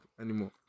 anymore